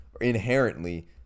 inherently